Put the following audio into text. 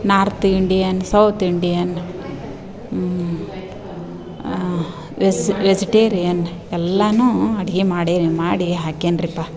north Indian south Indian ವೆಸ್ vegetarian ಎಲ್ಲನ್ನೂ ಅಡುಗೆ ಮಾಡೇನ್ ಮಾಡಿ ಹಾಕೇನ್ರಪ್ಪ